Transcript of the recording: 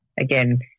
again